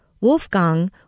Wolfgang